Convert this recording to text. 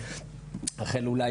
החל אולי,